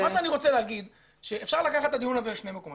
מה שאני רוצה להגיד זה שאפשר לקחת את הדיון הזה לשני מקומות: